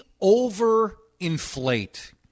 over-inflate